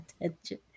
attention